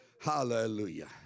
Hallelujah